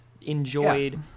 enjoyed